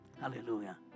Hallelujah